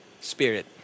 spirit